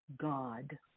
God